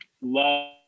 love